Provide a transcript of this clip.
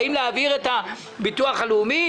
האם להעביר את הביטוח הלאומי?